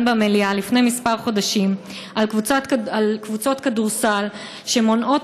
במליאה לפני כמה חודשים על קבוצות כדורסל שמונעות